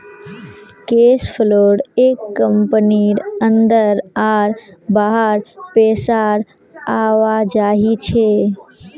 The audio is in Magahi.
कैश फ्लो एक कंपनीर अंदर आर बाहर पैसार आवाजाही छे